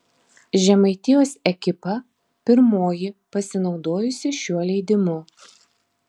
žemaitijos ekipa pirmoji pasinaudojusi šiuo leidimu